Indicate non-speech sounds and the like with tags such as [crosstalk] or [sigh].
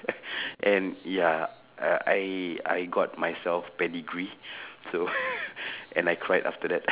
[laughs] [breath] and ya uh I I got myself pedigree [breath] so [laughs] and I cried after that [laughs]